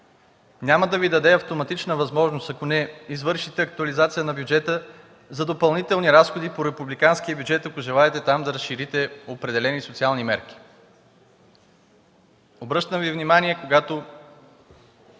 няма да Ви даде автоматична възможност, ако не извършите актуализация на бюджета, за допълнителни разходи по републиканския бюджет, ако желаете там да разширите определени социални мерки. Обръщам Ви внимание, когато